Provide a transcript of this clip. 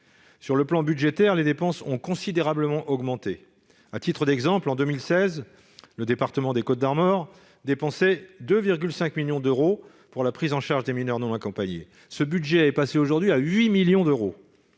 de vue budgétaire, les dépenses ont considérablement augmenté. À titre d'exemple, le département des Côtes-d'Armor dépensait 2,5 millions d'euros pour la prise en charge des mineurs non accompagnés en 2016, contre 8 millions d'euros